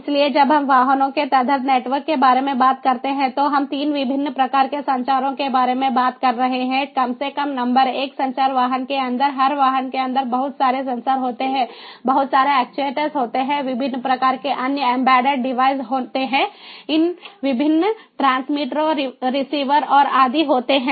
इसलिए जब हम वाहनों के तदर्थ नेटवर्क के बारे में बात करते हैं तो हम 3 विभिन्न प्रकार के संचारों के बारे में बात कर रहे हैं कम से कम नंबर एक संचार वाहन के अंदर हर वाहन के अंदर बहुत सारे सेंसर होते हैं बहुत सारे एक्ट्यूएटर होते हैं विभिन्न प्रकार के अन्य एम्बेडेड डिवाइस होते हैं इन विभिन्न ट्रांसमीटरों रिसीवर और आदि होते हैं